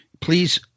please